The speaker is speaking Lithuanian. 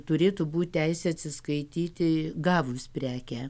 turėtų būt teisė atsiskaityti gavus prekę